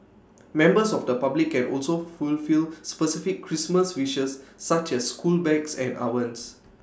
members of the public can also fulfil specific Christmas wishes such as school bags and ovens